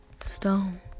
Stone